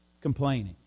complaining